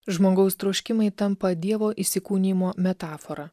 žmogaus troškimai tampa dievo įsikūnijimo metafora